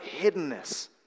hiddenness